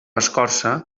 escorça